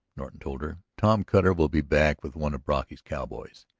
norton told her, tom cutter will be back with one of brocky's cowboys.